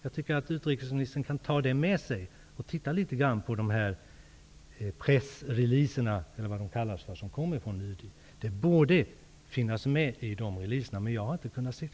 Det vore bra om utrikesministern kunde ta det med sig och titta litet grand på dessa pressreleaser som kommer från UD. Det borde finnas med i dessa, men jag har inte sett det.